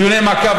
דיוני מעקב,